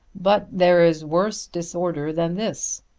but there is worse disorder than this.